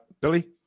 Billy